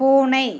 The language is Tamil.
பூனை